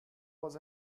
was